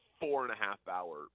four-and-a-half-hour